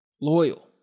loyal